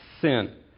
sin